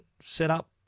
setup